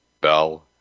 Bell